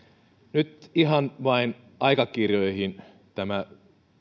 nyt ihan vain aikakirjoihin tämä